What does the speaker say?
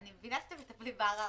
אני מבינה שאתם מטפלים בערר,